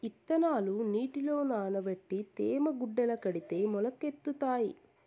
ఇత్తనాలు నీటిలో నానబెట్టి తేమ గుడ్డల కడితే మొలకెత్తుతాయి